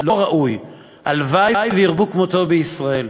לא "ראוי"; הלוואי שירבו כמותו בישראל.